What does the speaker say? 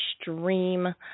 stream